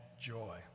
joy